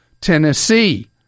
tennessee